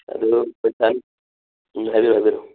ꯑꯗꯨ ꯎꯝ ꯍꯥꯏꯕꯤꯔꯛꯑꯣ ꯍꯥꯏꯕꯤꯔꯛꯑꯣ